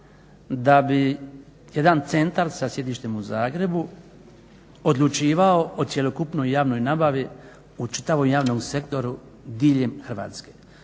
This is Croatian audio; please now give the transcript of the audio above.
da bi jedan centar sa sjedištem u Zagrebu odlučivao o cjelokupnoj javnoj nabavi u čitavom javnom sektoru diljem Hrvatske.